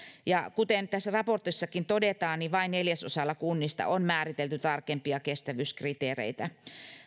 kuten tässä raportissakin todetaan vain neljäsosalla kunnista on määritelty tarkempia kestävyyskriteereitä